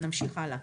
נמשיך הלאה.